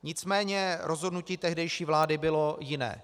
Nicméně rozhodnutí tehdejší vlády bylo jiné.